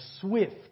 swift